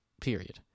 period